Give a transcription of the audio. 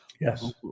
Yes